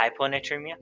hyponatremia